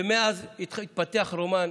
ומאז התפתח רומן,